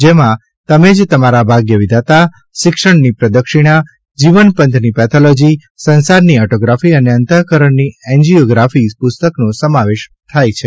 જેમાં તમે જ તમારા ભાગ્યવિધાતા શિક્ષણની પ્રદક્ષિણા જીવનપંથની પેથોલોજી સંસારની ઓટોગ્રાફી અને અંતઃકરણની એન્જીઓગ્રાફી પુસ્તકોનો સમાવેશ થાય છે